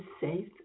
safe